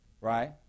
right